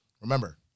remember